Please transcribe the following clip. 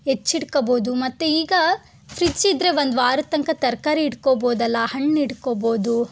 ಹೆಚ್ಚಿಡ್ಕಬೋದು ಮತ್ತು ಈಗ ಫ್ರಿಜ್ ಇದ್ದರೆ ಒಂದು ವಾರದ ತನಕ ತರಕಾರಿ ಇಟ್ಕೋಬೋದಲ್ಲ ಹಣ್ಣು ಇಟ್ಕೋಬೋದು